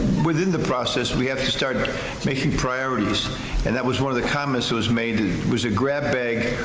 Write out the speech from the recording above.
within the process, we have to start making priorities and that was one of the comments was made, it was a grab bag,